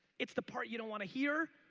it's the part you don't want to hear.